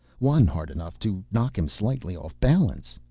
one hard enough to knock him slightly off-balance.